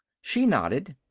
she nodded.